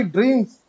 Dreams